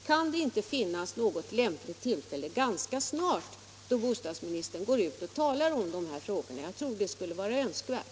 Kan det inte finnas något lämpligt tillfälle ganska snart då bostadsministern kan gå ut och tala om dessa frågor? Jag tror att det skulle vara önskvärt.